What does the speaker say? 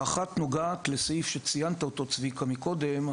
אחת נוגעת לסעיף שציינת קודם,